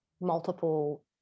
multiple